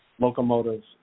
locomotives